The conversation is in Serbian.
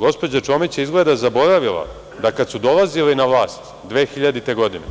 Gospođa Čomić je izgleda zaboravila da kad su dolazili na vlast 2000. godine